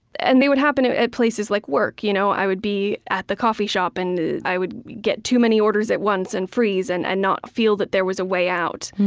and they would happen at places like work. you know i would be at the coffee shop, and i would get too many orders at once and freeze and and not feel that there was a way out,